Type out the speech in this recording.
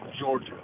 Georgia